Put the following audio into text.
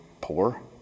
Poor